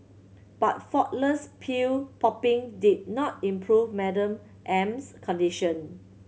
but faultless pill popping did not improve Madam M's condition